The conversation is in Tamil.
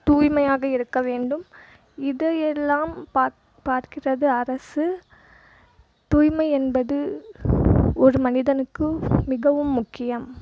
தூய்மையாக இருக்க வேண்டும் இதையெல்லாம் பாக் பார்க்கிறது அரசு தூய்மை என்பது ஒரு மனிதனுக்கு மிகவும் முக்கியம்